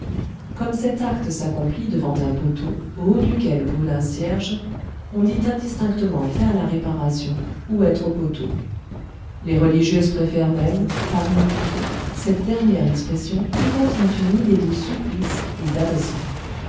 comme cet acte s'accomplit devant un poteau au haut duquel brûle un cierge on dit indistinctement faire la réparation ou être au poteau les religieuses préfèrent même par humilité cette dernière expression qui contient une idée de supplice et